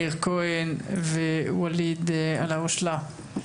מאיר כהן וואליד אלהואשלה.